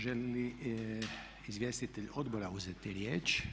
Želi li izvjestitelj odbora uzeti riječ?